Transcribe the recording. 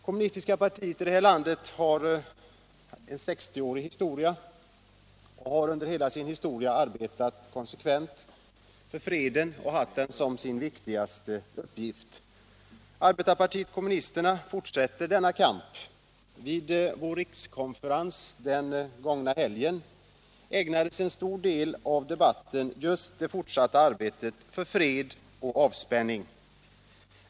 Kommunistiska partiet i det här landet har under sin 60-åriga historia arbetat konsekvent för freden och haft den som sin viktigaste uppgift. Arbetarpartiet kommunisterna fortsätter denna kamp. Vid vår rikskonferens den gångna helgen ägnades en stor del av debatten åt just det fortsatta arbetet för fred och avspänning.